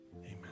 Amen